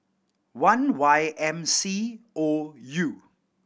one Y M C O U